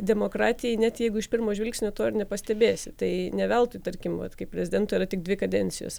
demokratijai net jeigu iš pirmo žvilgsnio to ir nepastebėsi tai ne veltui tarkim vat kai prezidentui yra tik dvi kadencijos